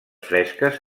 fresques